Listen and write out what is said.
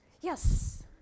yes